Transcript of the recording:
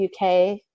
UK